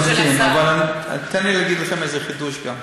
אתם צודקים, אבל תנו לי להגיד לכם איזה חידוש גם.